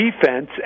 defense